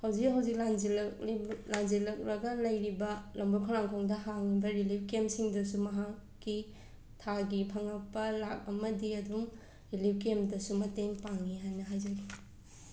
ꯍꯧꯖꯤꯛ ꯍꯧꯖꯤꯛ ꯂꯥꯟꯖꯦꯜꯂꯛꯂꯤ ꯂꯥꯟꯖꯦꯜꯂꯛꯂꯒ ꯂꯩꯔꯤꯕ ꯂꯝꯕꯣꯏ ꯈꯣꯡꯅꯥꯡꯈꯣꯡꯗ ꯍꯥꯡꯂꯤꯕ ꯔꯤꯂꯤꯞ ꯀꯦꯝꯞꯁꯤꯡꯗꯁꯨ ꯃꯍꯥꯛꯀꯤ ꯊꯥꯒꯤ ꯐꯪꯉꯛꯄ ꯂꯥꯛ ꯑꯃꯗꯤ ꯑꯗꯨꯝ ꯔꯤꯂꯤꯞ ꯀꯦꯝꯗꯁꯨ ꯃꯇꯦꯡ ꯄꯥꯡꯏ ꯍꯥꯏꯅ ꯍꯥꯏꯖꯒꯦ